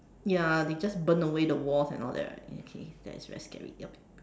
ya they just burn away the walls and all that right okay that's very scary yup